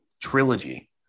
trilogy